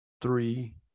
three